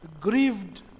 grieved